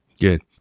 Good